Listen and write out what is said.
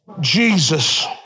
Jesus